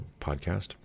podcast